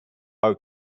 our